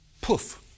Poof